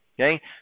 Okay